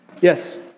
Yes